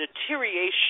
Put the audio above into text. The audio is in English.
deterioration